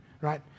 right